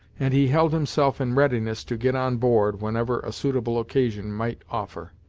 and he held himself in readiness to get on board whenever a suitable occasion might offer.